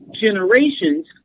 generations